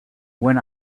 when